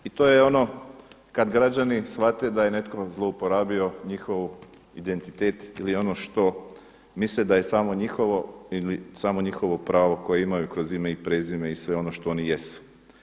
I to je ono kad građani shvate da je netko zlouporabio njihov identitet ili ono što misle da je samo njihovo ili samo njihovo pravo koje imaj kroz ime i prezime i sve ono što oni jesu.